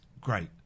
great